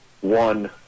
one